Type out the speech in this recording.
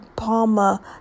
palma